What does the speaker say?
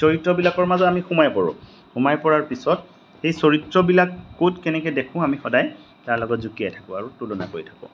চৰিত্ৰবিলাকৰ মাজত আমি সোমাই পৰোঁ সোমাই পৰাৰ পিছত সেই চৰিত্ৰবিলাক ক'ত কেনেকে দেখোঁ আমি সদায় তাৰ লগত জুকিয়াই থাকোঁ আৰু তুলনা কৰি থাকোঁ